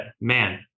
man